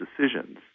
decisions